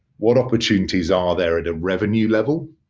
what opportunities are there at the revenue level